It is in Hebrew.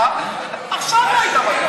אתה, אתה, עכשיו ראית מה קרה.